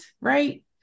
Right